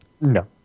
No